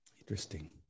Interesting